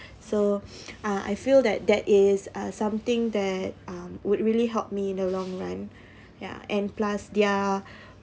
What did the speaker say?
so uh I feel that that is uh something that um would really help me in the long run ya and plus their